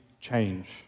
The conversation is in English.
Change